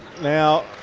Now